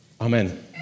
Amen